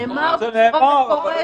נאמר בצורה מפורשת.